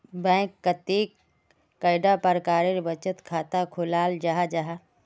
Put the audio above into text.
Bank कतेक कैडा प्रकारेर बचत खाता खोलाल जाहा जाहा?